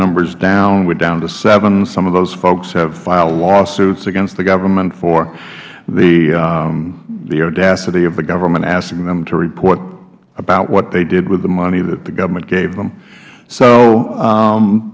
numbers down we're down to seven some of those folks have filed lawsuits against the government for the audacity of the government asking them to report about what they did with the money that the government gave them so